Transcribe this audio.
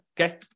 Okay